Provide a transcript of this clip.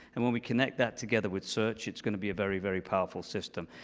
and when we connect that together with search, it's going to be a very, very powerful system.